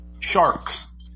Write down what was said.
Sharks